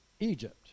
Egypt